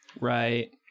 right